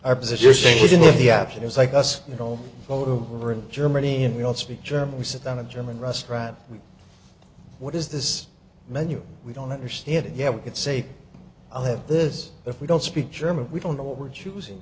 our position we didn't have the option is like us you know over in germany and we all speak german we sit on a german restaurant what is this menu we don't understand it yet we can say i have this if we don't speak german we don't know what we're choosing